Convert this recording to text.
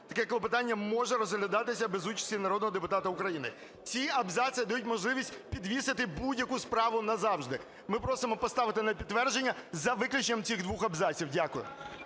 таке клопотання може розглядатися без участі народного депутата України". Ці абзаци дають можливість підвісити будь-яку справу назавжди. Ми просимо поставити на підтвердження за виключенням цих двох абзаців. Дякую.